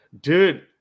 Dude